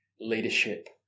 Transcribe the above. leadership